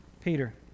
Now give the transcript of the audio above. Peter